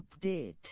update